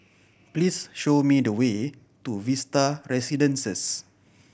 please show me the way to Vista Residences